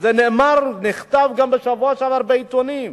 זה נכתב גם בשבוע שעבר בעיתונים.